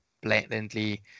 blatantly